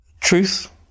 Truth